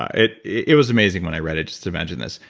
it it was amazing when i read it, just imagining this.